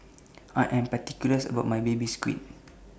I Am particulars about My Baby Squid